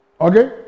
Okay